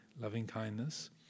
loving-kindness